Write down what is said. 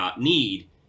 need